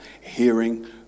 hearing